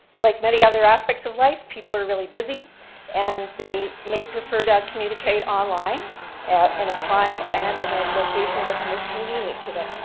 like many other aspects of life people are really busy and they may prefer to communicate online in a time and in a location that's most convenient to them.